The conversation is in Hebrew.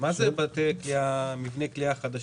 מה זה מבני כליאה חדשים?